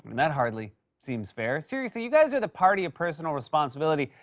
that hardly seems fair. seriously, you guys are the party of personal responsibility,